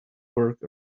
work